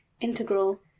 integral